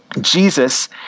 Jesus